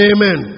Amen